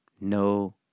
No